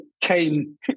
came